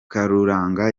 karuranga